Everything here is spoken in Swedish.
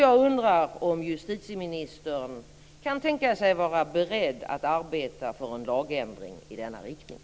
Jag undrar om justitieministern kan tänka sig att vara beredd att arbeta för en lagändring i denna riktning.